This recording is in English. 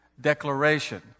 declaration